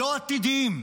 לא עתידיים,